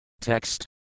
Text